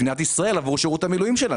מדינת ישראל עבור שירות המילואים שלה.